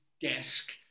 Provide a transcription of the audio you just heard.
desk